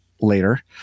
later